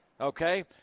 okay